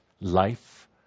life